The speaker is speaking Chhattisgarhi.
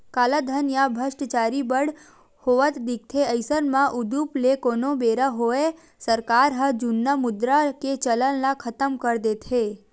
कालाधन या भस्टाचारी बड़ होवत दिखथे अइसन म उदुप ले कोनो बेरा होवय सरकार ह जुन्ना मुद्रा के चलन ल खतम कर देथे